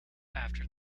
after